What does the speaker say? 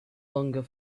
longer